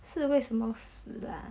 是为什么死 lah